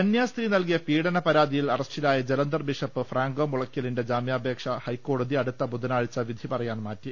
കന്യാസ്ത്രീ നൽകിയ പീഡന പരാതിയിൽ അറസ്റ്റിലായ ജലന്തർ ബിഷപ്പ് ഫ്രാങ്കോ മുളയ്ക്കലിന്റെ ജാമ്യപേക്ഷ ഹൈക്കോടതി അടുത്ത ബുധനാഴ്ച വിധി പറയാൻ മാറ്റി